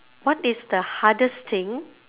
what is the hardest thing